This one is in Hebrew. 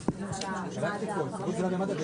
שזה אותו פרמדיק